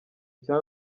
cya